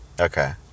okay